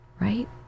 right